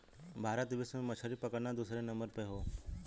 भारत विश्व में मछरी पकड़ना दूसरे नंबर पे हौ